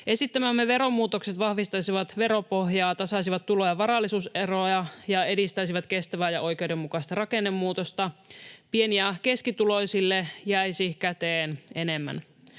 Esittämämme veromuutokset vahvistaisivat veropohjaa, tasaisivat tulo- ja varallisuuseroja ja edistäisivät kestävää ja oikeudenmukaista rakennemuutosta. Pieni- ja keskituloisille jäisi käteen enemmän.